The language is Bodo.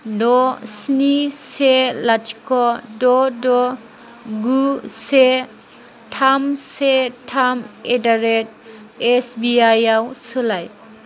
द' स्नि से लाथिख' द' द' गु से थाम से थाम एदारेट एस बी आई आव सोलाय